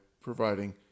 providing